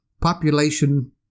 Population